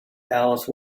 alice